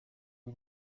ibi